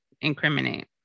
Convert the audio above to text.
incriminate